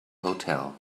hotel